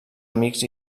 amics